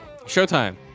Showtime